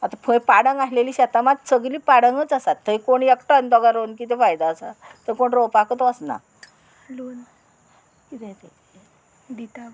आतां खंय पाडंग आहलेली शेतां मात सगळीं पाडंगूच आसात थंय कोण एकठांय दोगां रोवन कितें फायदो आसा थंय कोण रोवपाकूत वचना कितें दिता गो हय